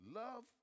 love